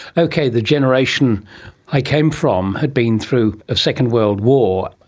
okay, the generation i came from had been through a second world war,